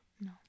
No